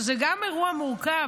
שזה גם אירוע מורכב,